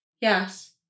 Yes